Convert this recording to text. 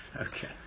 Okay